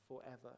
forever